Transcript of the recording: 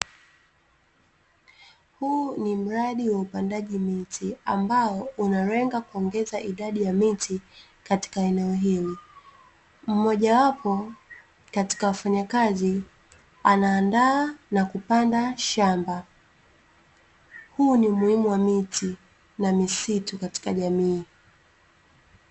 Huu ni mradi wa upandaji miti ambao unalenga kuongeza idadi ya miti katika eneo hili. Mmojawapo katika wafanyakazi anaandaa na kupanda shamba. Huu ni umuhimu wa miti na misitu katika jamii.